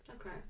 Okay